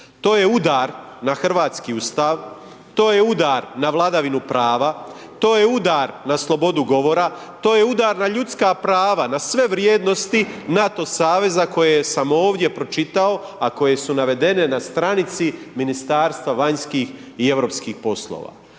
To je udar na hrvatski Ustav, to je udar na vladavinu prava, to je udar na slobodu govora, to je udar na ljudska prava, na sve vrijednosti NATO saveza koje sam ovdje pročitao a koje su navedene na stranici Ministarstva vanjskih i europskih poslova.